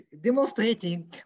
demonstrating